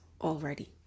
already